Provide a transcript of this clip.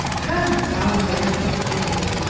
confound their stupidity!